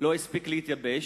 לא הספיק להתייבש,